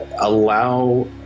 allow